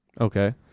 Okay